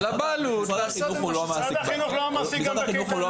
משרד החינוך הוא לא המעסיק בקייטנות.